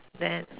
that